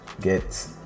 get